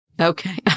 Okay